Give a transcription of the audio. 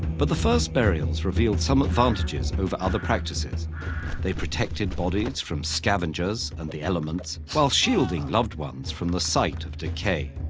but the first burials revealed some advantages over other practices they protected bodies from scavengers and the elements, while shielding loved ones from the sight of decay.